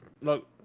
Look